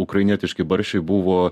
ukrainietiški barščiai buvo